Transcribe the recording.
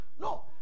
No